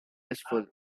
useful